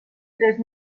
tres